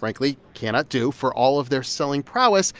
frankly cannot do. for all of their selling prowess,